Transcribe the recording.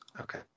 okay